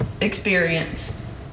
experience